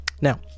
Now